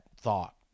thought